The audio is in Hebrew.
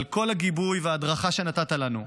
על כל הגיבוי וההדרכה שנתת לנו,